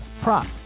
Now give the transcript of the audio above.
prop